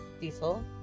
diesel